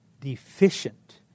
deficient